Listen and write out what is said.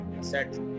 set